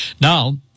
Now